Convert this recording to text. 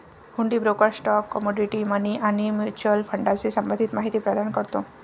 हुंडी broker stock, commodity, money आणि mutual फंडाशी संबंधित माहिती प्रदान करतो